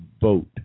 vote